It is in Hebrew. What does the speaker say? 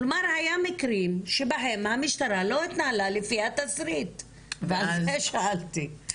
כלומר היו מקרים שבהם המשטרה לא התנהלה לפי התסריט ועל זה שאלתי.